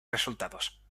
resultados